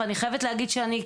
אני חייבת להגיד שאני,